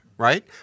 right